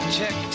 Check